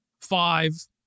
Five